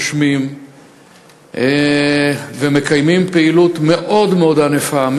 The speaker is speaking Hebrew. נושמים ומקיימים פעילות מאוד מאוד ענפה,